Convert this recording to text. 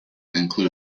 include